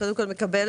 קודם כל, אני מקבלת.